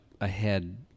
ahead